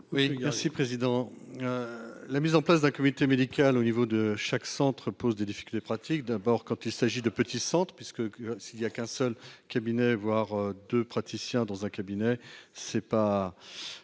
La mise en place d'un comité médical au niveau de chaque centre pose des difficultés pratiques d'abord quand il s'agit de petits Centre puisque s'il y a qu'un seul cabinet, voire de praticiens dans un cabinet c'est pas